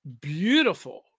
Beautiful